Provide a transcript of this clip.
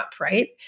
right